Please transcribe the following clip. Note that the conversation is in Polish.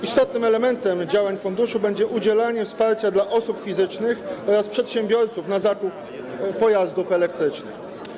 Istotnym elementem działań funduszu będzie udzielanie wsparcia dla osób fizycznych oraz przedsiębiorców na zakup pojazdów elektrycznych.